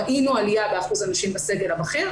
ראינו עליה באחוז הנשים בסגל הבכיר,